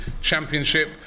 championship